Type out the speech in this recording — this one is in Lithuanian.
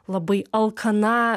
labai alkana